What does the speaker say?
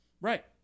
right